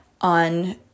on